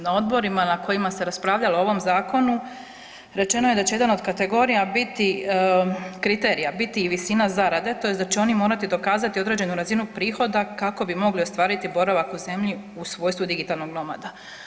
Na odborima na kojima se raspravljalo o ovom zakonu rečeno je da će jedan od kategorija biti, kriterija biti i visina zarade tj. da će oni morati dokazati određenu razinu prihoda kako bi mogli ostvariti boravak u zemlji u svojstvu digitalnog nomada.